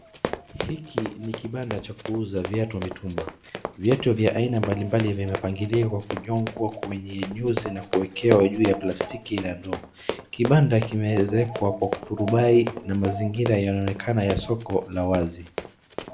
Hiki ni kibanda cha kuuza viatu mitumba, viatu vya aina mbalimbali vimepangiliwa kujungwa kwenye juzi na kuekewa juu ya plastiki na noa, kibanda kimeeza wekwa hapo kuturubai na mazingira yanaonekna ya soko la wazi.